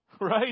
Right